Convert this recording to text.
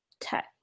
tech